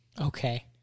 Okay